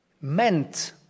meant